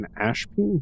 Ashby